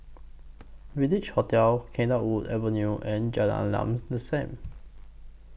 Village Hotel Cedarwood Avenue and Jalan Lam The SAM